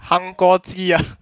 韩国鸡呀